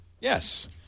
Yes